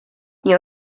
nie